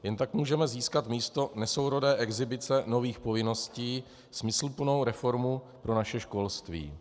Jen tak můžeme získat místo nesourodé exhibice nových povinností smysluplnou reformu pro naše školství.